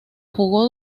jugó